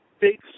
big